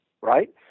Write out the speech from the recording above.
right